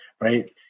right